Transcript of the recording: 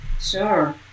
Sure